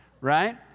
right